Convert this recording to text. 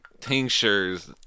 tinctures